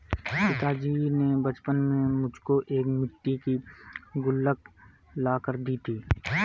पिताजी ने बचपन में मुझको एक मिट्टी की गुल्लक ला कर दी थी